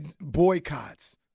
Boycotts